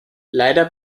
leider